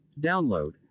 Download